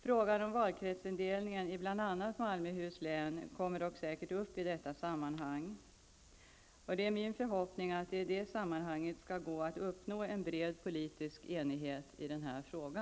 Frågan om valkretsindelningen i bl.a. Malmöhus län kommer dock säkert upp i detta sammanhang. Det är min förhoppning att det i det sammanhanget skall gå att uppnå en bred politisk enighet i denna fråga.